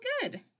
good